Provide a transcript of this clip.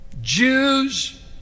Jews